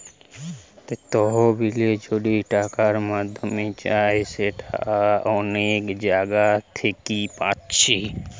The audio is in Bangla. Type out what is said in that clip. তহবিল যদি টাকার মাধ্যমে চাই সেটা অনেক জাগা থিকে পাচ্ছি